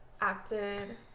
acted